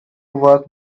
work